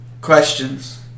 questions